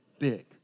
big